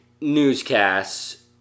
newscasts